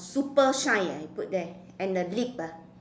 super shine he put there and the lip uh